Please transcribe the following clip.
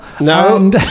No